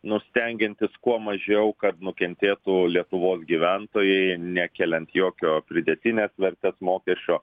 nu stengiantis kuo mažiau kad nukentėtų lietuvos gyventojai nekeliant jokio pridėtinės vertės mokesčio